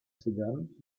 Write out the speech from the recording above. begann